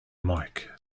mike